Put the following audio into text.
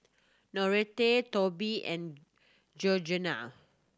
Noreta Tobie and Georgeanna